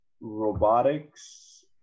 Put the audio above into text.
robotics